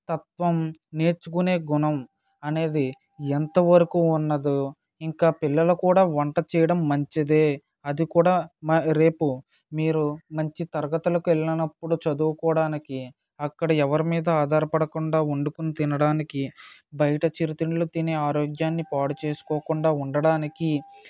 తత్వం నేర్చుకునే గుణం అనేది ఎంత వరకు ఉన్నదో ఇంకా పిల్లలు కూడా వంట చేయడం మంచిదే అది కూడా రేపు మీరు మంచి తరగతులకు వెళ్ళినప్పుడు చదువుకోడానికి అక్కడ ఎవరి మీద ఆధారపడకుండా వండుకుని తినడానికి బయట చిరు తిళ్ళు తిని ఆరోగ్యాన్ని పాడుచేసుకోకుండా ఉండడానికి